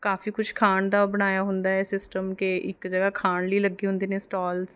ਕਾਫੀ ਕੁਛ ਖਾਣ ਦਾ ਬਣਾਇਆ ਹੁੰਦਾ ਸਿਸਟਮ ਕਿ ਇੱਕ ਜਗ੍ਹਾ ਖਾਣ ਲਈ ਲੱਗੇ ਹੁੰਦੇ ਨੇ ਸਟੋਲਸ